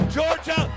Georgia